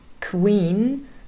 QUEEN